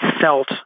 felt